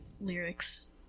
lyrics